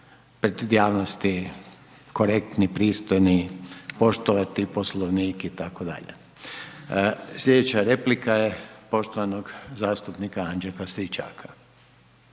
pred javnosti korektni, pristojni, poštovati Poslovnik itd. Slijedeća replika je poštovanog zastupnika Anđela Stričaka.